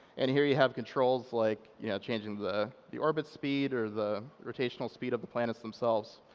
and here, you have controls like, you know, changing the the orbit speed or the rotational speed of the planets themselves.